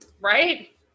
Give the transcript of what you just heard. right